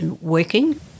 working